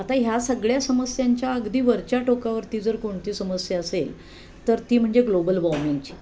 आता ह्या सगळ्या समस्यांच्या अगदी वरच्या टोकावरती जर कोणती समस्या असेल तर ती म्हणजे ग्लोबल वॉर्मिंगची